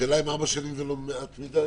השאלה היא אם ארבע שנים זה לא מעט מידי.